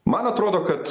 man atrodo kad